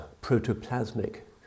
protoplasmic